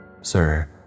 Sir